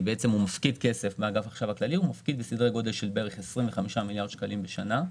הוא הפקיד סדר גודל של בערך 25 מיליארד שקלים בשנה.